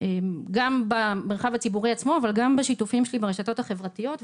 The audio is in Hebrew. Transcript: גם במרחב הציבורי עצמו אבל גם בשיתופים שלי ברשתות החברתיות.